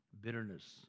bitterness